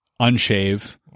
unshave